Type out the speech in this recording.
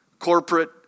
corporate